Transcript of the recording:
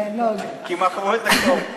כי מכרו את הכול.